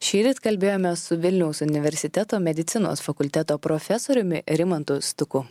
šįryt kalbėjomės su vilniaus universiteto medicinos fakulteto profesoriumi rimantu stuku